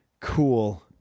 cool